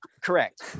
Correct